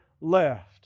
left